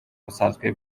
busanzwe